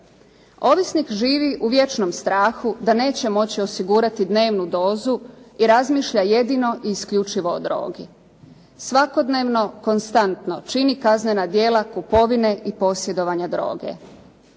Ovisnik živi u vječnom strahu da neće moći osigurati dnevnu dozu i razmišlja jedino i isključivo o drogi. Svakodnevno konstantno čini kaznena djela kupovine i posjedovanja droga.